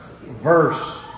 verse